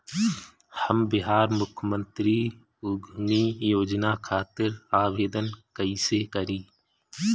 हम बिहार मुख्यमंत्री उद्यमी योजना खातिर आवेदन कईसे करी?